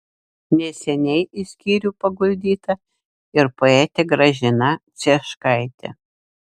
neseniai į skyrių paguldyta ir poetė gražina cieškaitė